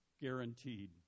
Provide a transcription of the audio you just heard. guaranteed